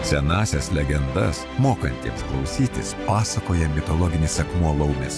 senąsias legendas mokantiems klausytis pasakoja mitologinis akmuo laumės